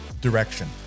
direction